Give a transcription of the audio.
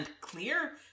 clear